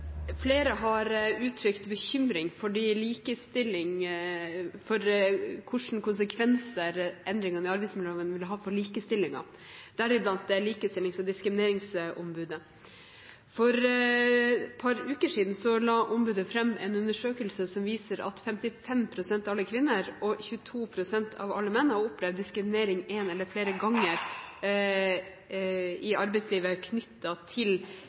Flere har uttrykt bekymring for hvilke konsekvenser endringene i arbeidsmiljøloven vil ha for likestillingen, deriblant Likestillings- og diskrimineringsombudet. For et par uker siden la ombudet fram en undersøkelse som viser at 55 pst. av alle kvinner og 22 pst. av alle menn har opplevd diskriminering en eller flere ganger i arbeidslivet knyttet til